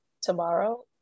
tomorrow